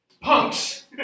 punks